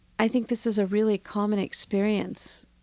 i think this is a really common experience,